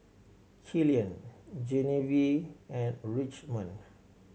Killian Genevieve and Richmond